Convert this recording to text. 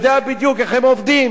שיודע בדיוק איך הם עובדים.